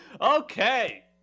Okay